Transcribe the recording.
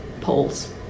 polls